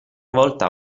volta